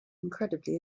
incredibly